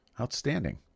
Outstanding